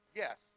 yes